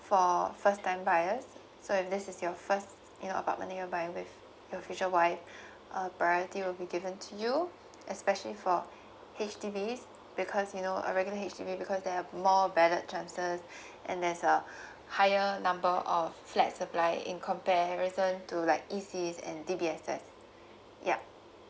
for first time buyers so if this is your first you know about money you're buying with your future wife uh priority will be given to you especially for H_D_B because you know a regular H_D_B because there're more ballot chances and there's a higher number of flat supply in comparison to like E_C and D_B_S_S yup